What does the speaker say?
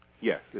Yes